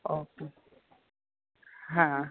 okay હા